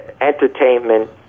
entertainment